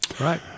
Right